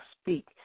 speak